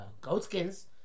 goatskins